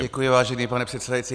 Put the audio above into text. Děkuji, vážený pane předsedající.